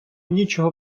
нічого